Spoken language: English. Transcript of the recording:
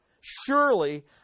Surely